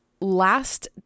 last